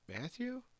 Matthew